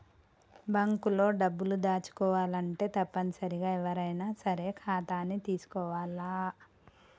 bank లో డబ్బులు దాచుకోవాలంటే తప్పనిసరిగా ఎవ్వరైనా సరే ఖాతాని తీసుకోవాల్ల